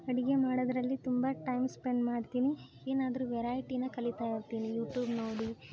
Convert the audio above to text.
ಅಡುಗೆ ಮಾಡೋದರಲ್ಲಿ ತುಂಬ ಟೈಮ್ ಸ್ಪೆಂಡ್ ಮಾಡ್ತೀನಿ ಏನಾದರೂ ವೆರೈಟಿನ ಕಲೀತಾ ಇರ್ತೀನಿ ಯೂಟೂಬ್ ನೋಡಿ